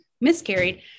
miscarried